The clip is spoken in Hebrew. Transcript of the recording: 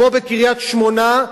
כמו בקריית-שמונה,